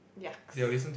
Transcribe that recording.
yucks